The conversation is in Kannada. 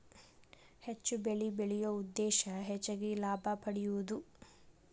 ಹೆಚ್ಚು ಬೆಳಿ ಬೆಳಿಯು ಉದ್ದೇಶಾ ಹೆಚಗಿ ಲಾಭಾ ಪಡಿಯುದು